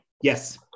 Yes